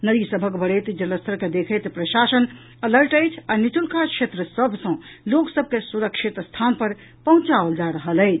नदी सभक बढ़ैत जलस्तर के देखैत प्रशासन अलर्ट अछि आ निचुलका क्षेत्र सभ सँ लोक सभ के सुरक्षित स्थान पर पहुंचाओल जा रहल अछि